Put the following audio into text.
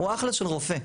הוא אחלה של רופא.